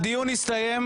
הדיון הסתיים.